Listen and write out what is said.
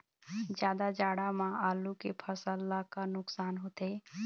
जादा जाड़ा म आलू के फसल ला का नुकसान होथे?